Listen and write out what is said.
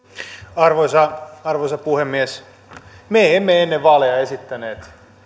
arvoisa arvoisa puhemies me emme ennen vaaleja esittäneet